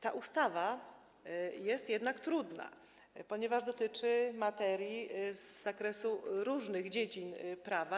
Ta ustawa jest jednak trudna, ponieważ dotyczy materii z zakresu różnych dziedzin prawa.